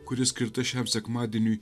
kuri skirta šiam sekmadieniui